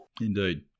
Indeed